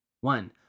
One